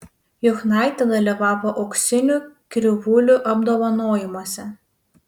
juchnaitė dalyvavo auksinių krivūlių apdovanojimuose